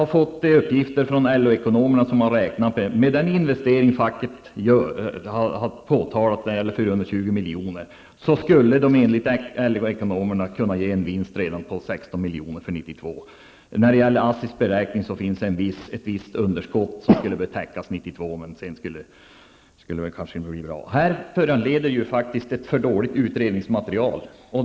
LO-ekonomerna har räknat på detta, och jag har från dem fått uppgiften att med den investering på 420 milj.kr. som facket har aktualiserat skulle man redan 1992 kunna få en vinst på 16 milj.kr. Enligt ASSIs beräkning skulle ett visst underskott kunna täckas år 1992, men sedan skulle verksamheten kanske gå bra. Här föreligger ett alltför dåligt utredningsmaterial.